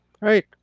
right